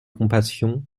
compassion